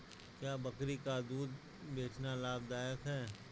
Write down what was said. क्या बकरी का दूध बेचना लाभदायक है?